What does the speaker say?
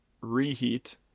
reheat